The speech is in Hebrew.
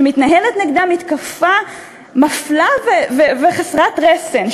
שמתנהלת נגדם מתקפה מפלה וחסרת רסן,